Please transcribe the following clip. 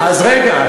רגע,